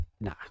Nah